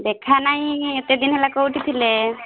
ଦେଖାନାହିଁ ଏତେ ଦିନହେଲା କେଉଁଠି ଥିଲେ